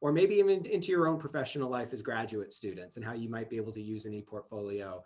or maybe even into your own professional life as graduate students and how you might be able to use an eportfolio